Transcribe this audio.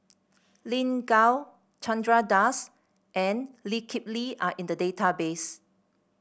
Lin Gao Chandra Das and Lee Kip Lee are in the database